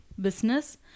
business